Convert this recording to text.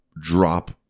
drop